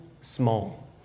small